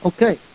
Okay